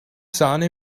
sahne